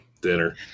Dinner